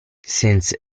since